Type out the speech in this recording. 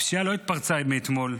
הפשיעה לא התפרצה אתמול.